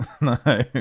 No